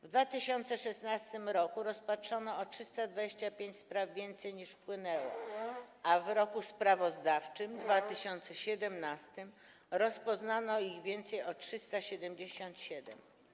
W 2016 r. rozpatrzono o 325 spraw więcej niż wpłynęło, a w roku sprawozdawczym 2017 r. rozpoznano ich więcej o 377.